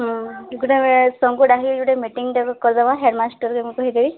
ହଁ ଗୋଟେ ସମସ୍ତଙ୍କୁ ଡ଼ାକି ଗୋଟେ ମିଟିଂଟେ କରି ଦେବା ହେଡ଼୍ ମାଷ୍ଟ୍ରଙ୍କୁ କହିକି